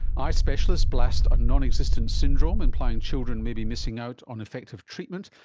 eye specialists blast a non-existent syndrome, implying children may be missing out on effective treatment.